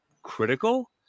critical